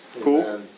Cool